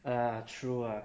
ah true lah